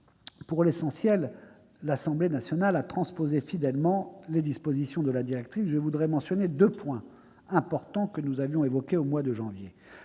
Pour l'essentiel, l'Assemblée nationale a transposé fidèlement les dispositions de la directive. Je veux mentionner deux points importants que nous avions évoqués au mois de janvier.